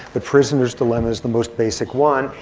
but prisoner's dilemma is the most basic one.